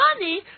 money